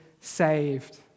saved